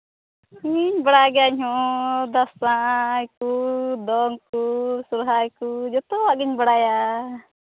ᱤᱧ ᱵᱟᱲᱟᱭ ᱜᱤᱭᱟᱹᱧ ᱤᱧᱦᱚᱸ ᱫᱟᱸᱥᱟᱭ ᱠᱚ ᱫᱚᱱ ᱠᱚ ᱥᱚᱨᱦᱟᱭ ᱠᱚ ᱱᱡᱚᱛᱚᱣᱟᱜ ᱜᱤᱧ ᱵᱟᱲᱟᱭᱟ